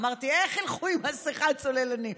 אמרתי: איך ילכו עם מסכה, הצוללנים?